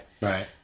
right